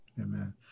Amen